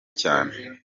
cyane